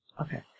Okay